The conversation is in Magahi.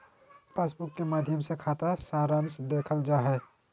पासबुक के माध्मय से खाता सारांश देखल जा हय